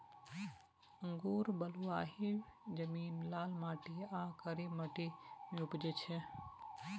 अंगुर बलुआही जमीन, लाल माटि आ कारी माटि मे उपजै छै